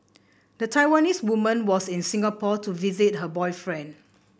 the Taiwanese woman was in Singapore to visit her boyfriend